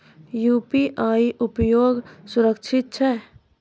UPI उपयोग सुरक्षित छै?